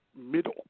Middle